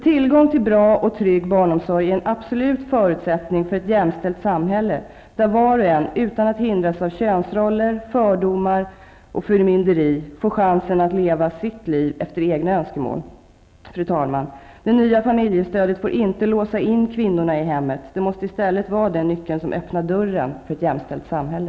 Tillgång till bra och trygg barnomsorg är en absolut förutsättning för ett jämställt samhälle där var och en, utan att hindras av könsroller, fördomar och förmynderi, får chansen att leva sitt liv efter egna önskemål. Fru talman! Det nya familjestödet får inte låsa in kvinnorna i hemmet. Det måste i stället vara den nyckel som öppnar dörren för ett jämställt samhälle.